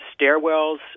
stairwells